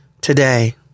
today